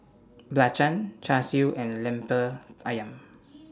Belacan Char Siu and Lemper Ayam